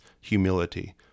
humility